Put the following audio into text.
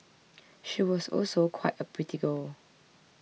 she was also quite a pretty girl